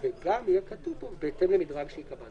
5,000 שקל, וגם יהיה כתוב "בהתאם למדרג שייקבע".